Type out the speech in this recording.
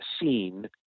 seen